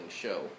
show